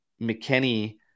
McKenny